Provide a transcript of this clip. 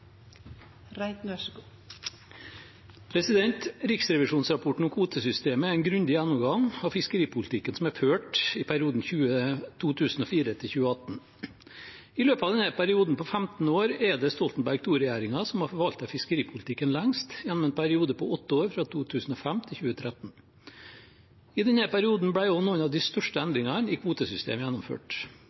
en grundig gjennomgang av fiskeripolitikken som er ført i perioden 2004–2018. I løpet av denne perioden på 15 år er det Stoltenberg II-regjeringen som har forvaltet fiskeripolitikken lengst, gjennom en periode på åtte år, fra 2005 til 2013. I denne perioden ble også noen av de største endringene i kvotesystemet gjennomført.